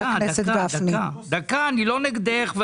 דקה, אני לא נגדך.